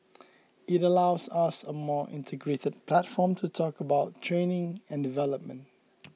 it allows us a more integrated platform to talk about training and development